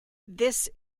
this